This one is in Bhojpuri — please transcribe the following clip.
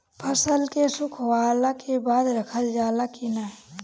फसल के सुखावला के बाद रखल जाला कि न?